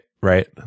Right